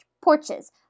porches